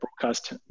broadcast